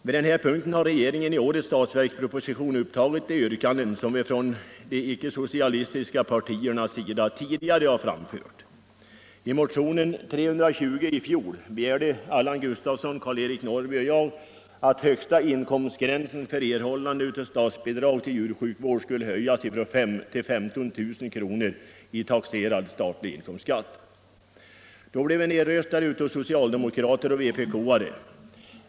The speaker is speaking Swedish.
Vid denna punkt har regeringen i årets budgetproposition upptagit yrkanden som vi från de icke-socialistiska partierna tidigare har framfört. I motionen 320 i fjol begärde Allan Gustavsson, Karl-Eric Norrby och jag att högsta inkomstgränsen för erhållande av statsbidrag till djursjukvård skulle höjas från 5000 till 15000 kr. i taxerad statlig inkomstskatt. Då blev vi nedröstade av socialdemokrater och vpk-are.